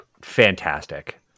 fantastic